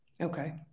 Okay